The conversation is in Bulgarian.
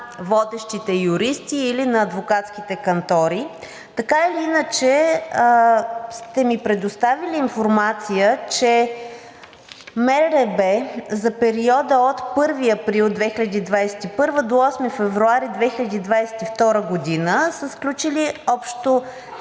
водещите юристи или на адвокатските кантори. Така или иначе сте ми предоставили информация, че за периода от 1 април 2021 г. до 8 февруари 2022 г. МРРБ са сключили общо